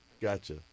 Gotcha